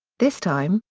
this time,